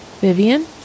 Vivian